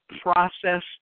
process